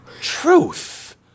Truth